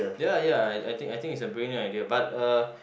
ya ya I I think I think it's a brilliant idea but uh